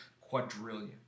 quadrillion